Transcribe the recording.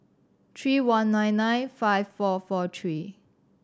three one nine nine five four four three